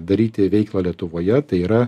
daryti veiklą lietuvoje tai yra